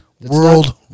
World